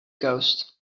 coast